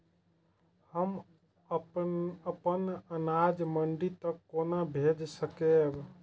हम अपन अनाज मंडी तक कोना भेज सकबै?